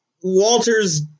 Walter's